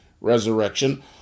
resurrection